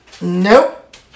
Nope